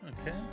Okay